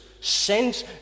sent